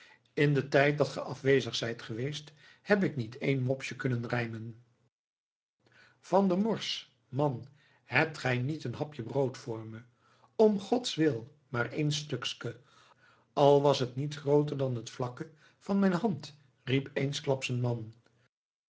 in den tijd dat ge afwezig zijt geweest heb ik niet één mopsje kunnen rijmen van der morsch man hebt gij niet een hapje brood voor me om godswil maar één stukske al was het niet grooter dan het vlakke van mijne hand riep eensklaps een man